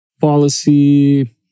policy